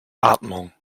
atmung